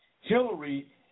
Hillary